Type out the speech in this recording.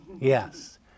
yes